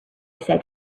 said